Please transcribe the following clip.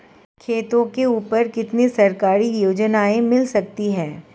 खेतों के ऊपर कितनी सरकारी योजनाएं मिल सकती हैं?